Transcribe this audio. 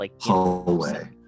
Hallway